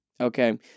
Okay